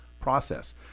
process